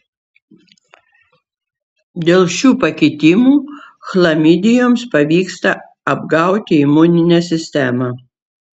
dėl šių pakitimų chlamidijoms pavyksta apgauti imuninę sistemą